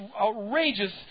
outrageous